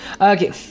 Okay